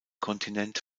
kontinent